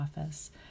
Office